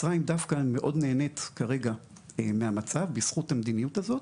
מצרים דווקא מאוד נהנית כרגע מהמצב בזכות המדיניות הזאת,